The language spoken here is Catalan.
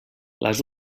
les